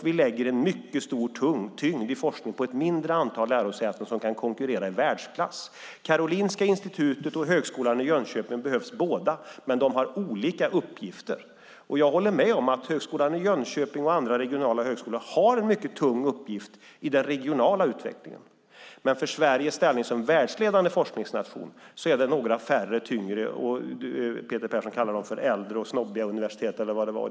Vi lägger mycket stor tyngd på forskning vid ett färre antal lärosäten som kan konkurrera i världsklass. Karolinska Institutet och Högskolan i Jönköping behövs båda, men de har olika uppgifter. Jag håller med om att Högskolan i Jönköping och andra regionala högskolor har en mycket tung uppgift i den regionala utvecklingen, men för Sveriges ställning som världsledande forskningsnation är det några färre och tyngre lärosäten som behövs; Peter Persson kallar dem för äldre, snobbiga universitet, eller vad det nu var.